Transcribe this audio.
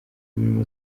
mirimo